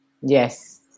Yes